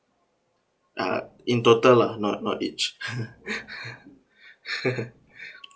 uh in total lah not not each